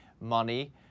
money